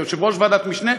כיושבת-ראש ועדת משנה,